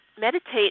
meditate